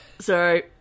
Sorry